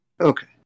Okay